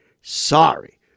sorry